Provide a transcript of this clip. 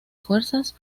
fuerzas